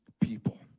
people